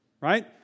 right